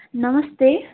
नमस्ते